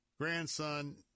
grandson